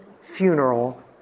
funeral